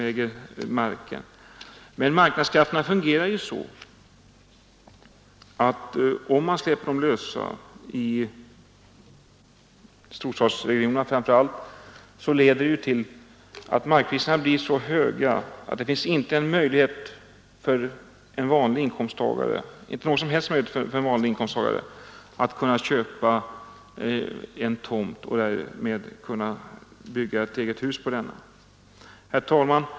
Men om man släpper marknadskrafterna lösa, så leder det, framför allt i storstadsregionerna, till att markpriserna blir så höga att det inte finns någon som helst möjlighet för en vanlig inkomsttagare att köpa en tomt och därmed att bygga ett eget hus. Herr talman!